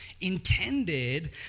intended